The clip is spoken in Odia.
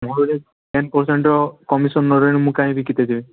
ମୋର ଯଦି ଟେନ୍ ପର୍ସେଣ୍ଟ କମିସନ୍ ନ ରହିଲେ ମୁଁ କାହିଁ ବିକିତେ ଯିବି